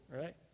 right